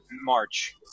March